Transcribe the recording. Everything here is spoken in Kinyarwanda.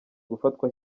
gufatwa